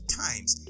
times